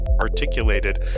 articulated